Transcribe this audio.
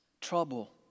Trouble